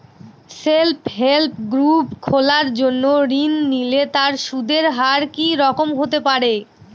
Self help group খোলার জন্য ঋণ নিলে তার সুদের হার কি রকম হতে পারে?